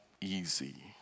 easy